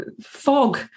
fog